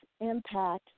impact